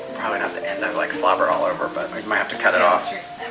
probably not the end i like slobbered all over, but i might have to cut it off.